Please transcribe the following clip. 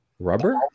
Rubber